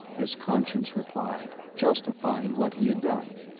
his conscience replied, justifying what he had done.